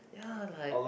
ya like